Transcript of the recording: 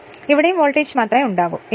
അതിനാൽ ഇവിടെയും വോൾട്ടേജ് മാത്രമേ ഉണ്ടാകൂ